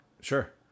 Sure